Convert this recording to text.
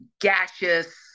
gaseous